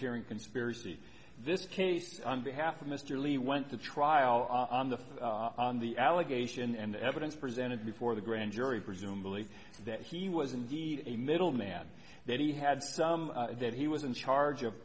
racketeering conspiracy this case on behalf of mr lee went to trial on the on the allegation and the evidence presented before the grand jury presumably that he was indeed a middle man that he had some that he was in charge of